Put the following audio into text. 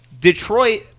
Detroit